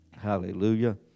Hallelujah